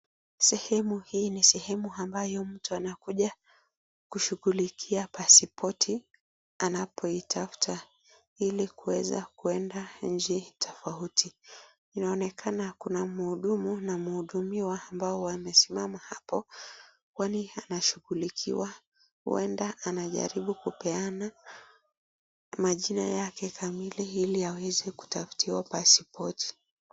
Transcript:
Sehemu hii ni sehemu ambayo mtu anakuja kushughulikia pasipoti anapoitafuta ili kuweza kuenda nchi tofauti. Inaonekana kuna mhudumu na mhudumiwa ambao wamesimama apo kwani anashughulikiwa huenda anajaribu kupeana majina yake kamili ili aweze kutafutiwa pasipoti.